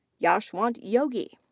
yashwant yogi.